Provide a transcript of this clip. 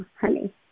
honey